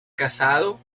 casado